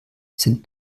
sind